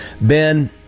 Ben